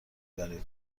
برای